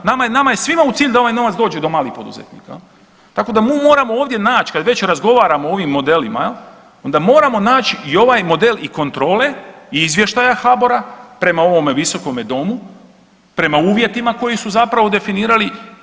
Nama je svima u cilju da ovaj novac dođe do malih poduzetnika, tako da mu moramo ovdje nać kad već razgovaramo o ovim modelima onda moramo naći i ovaj model i kontrole i izvještaja HBOR-a prema ovome Visokome domu, prema uvjetima koji su zapravo definirali.